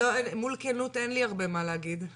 מול כנות אין לי הרבה מה להגיד.